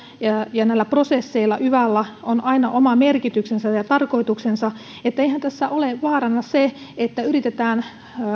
ja näillä prosesseilla yvalla on aina oma merkityksensä ja tarkoituksensa eli eihän tässä ole vaarana se että yritetään